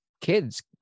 kids